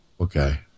Okay